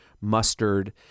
mustard